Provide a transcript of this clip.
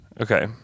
Okay